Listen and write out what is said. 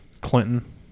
Clinton